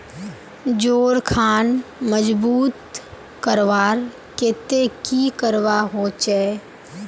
जोड़ खान मजबूत करवार केते की करवा होचए?